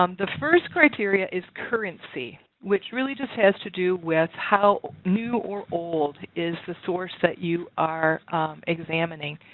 um the first criteria is currency which really just has to do with how new or old is the source that you are examining.